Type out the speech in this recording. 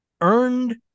earned